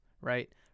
right